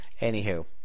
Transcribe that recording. Anywho